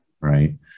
Right